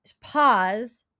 pause